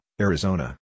Arizona